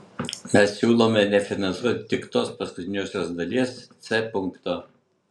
mes siūlome nefinansuoti tik tos paskutiniosios dalies c punkto